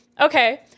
okay